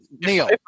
Neil